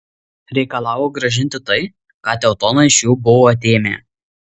reikalavo grąžinti tai ką teutonai iš jų buvo atėmę